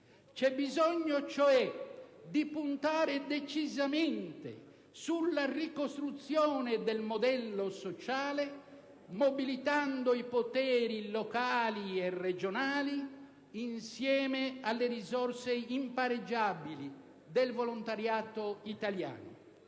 c'è bisogno cioè di puntare decisamente sulla ricostruzione del modello sociale, mobilitando i poteri locali e regionali insieme alle risorse impareggiabili del volontariato italiano.